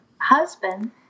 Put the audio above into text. husband